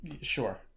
sure